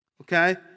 Okay